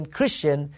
Christian